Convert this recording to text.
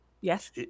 Yes